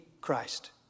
Christ